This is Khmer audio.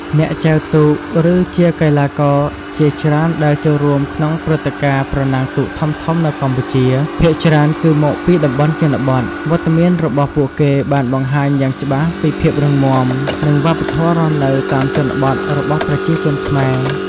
អ្នកចែវទូក ឬជាកីឡាករជាច្រើនដែលចូលរួមក្នុងព្រឹត្តិការណ៍ប្រណាំងទូកធំៗនៅកម្ពុជា ភាគច្រើនគឺមកពីតំបន់ជនបទ វត្តមានរបស់ពួកគេបានបង្ហាញយ៉ាងច្បាស់ពីភាពរឹងមាំ និងវប្បធម៌រស់នៅតាមជនបទរបស់ប្រជាជនខ្មែរ។